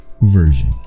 Version